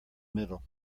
middle